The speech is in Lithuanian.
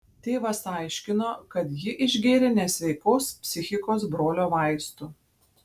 tėvas aiškino kad ji išgėrė nesveikos psichikos brolio vaistų